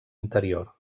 interior